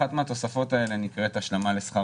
אחת מהתוספות האלה נקראת השלמה לשכר